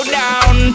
down